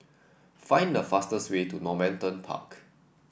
find the fastest way to Normanton Park